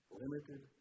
limited